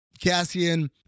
Cassian